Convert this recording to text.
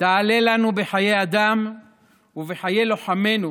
תעלה לנו בחיי אדם ובחיי לוחמינו